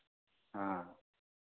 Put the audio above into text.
हँ